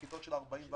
שיש כיתות של 44,